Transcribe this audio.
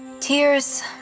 tears